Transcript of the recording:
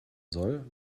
soll